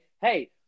hey